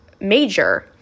major